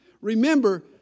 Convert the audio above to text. Remember